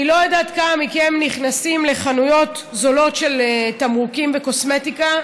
אני לא יודעת כמה מכם נכנסים לחנויות זולות של תמרוקים וקוסמטיקה.